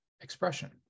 expression